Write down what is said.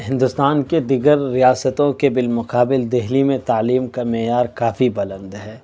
ہندوستان کے دیگر ریاستوں کے بالمقابل دہلی میں تعلیم کا معیار کافی بلند ہے